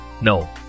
No